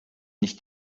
nicht